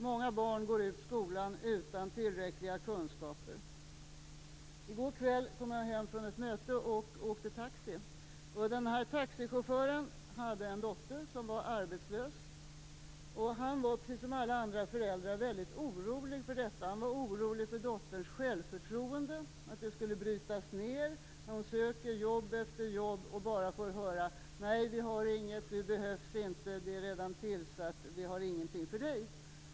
Många barn går ut skolan utan tillräckliga kunskaper. I går kväll åkte jag taxi hem från ett möte. Taxichauffören berättade att han har en dotter som är arbetslös. Han var precis som alla andra föräldrar väldigt orolig för detta. Han var orolig för att dotterns självförtroende skulle brytas ned när hon söker jobb efter jobb och bara får höra: Nej, vi har inget. Du behövs inte. Det är redan tillsatt. Vi har ingenting för dig.